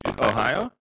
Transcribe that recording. ohio